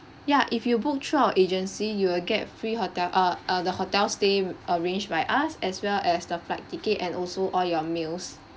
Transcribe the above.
ya if you book through our agency you will get free hotel uh uh the hotel stay w~ arranged by us as well as the flight ticket and also all your meals